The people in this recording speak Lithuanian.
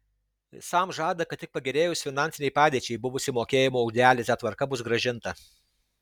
sam žada kad tik pagerėjus finansinei padėčiai buvusi mokėjimo už dializę tvarka bus grąžinta